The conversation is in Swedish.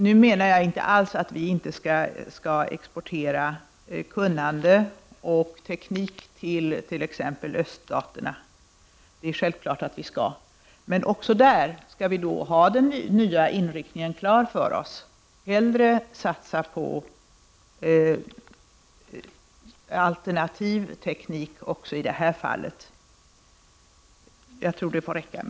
Nu menar jag inte alls att vi inte skall exportera kunnande och teknik till t.ex. öststaterna. Det är självklart att vi skall göra det. Men också där skall vi ha den nya inriktningen klar för oss: hellre satsa på alternativ teknik också i detta fall.